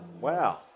wow